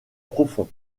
profond